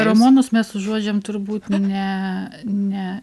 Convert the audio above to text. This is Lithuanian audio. feromonus mes užuodžiam turbūt ne ne